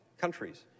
countries